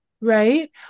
Right